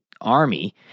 army